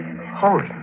Holy